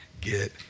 get